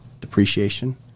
depreciation